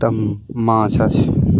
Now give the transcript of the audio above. তা মাছ আছে